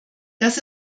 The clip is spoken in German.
das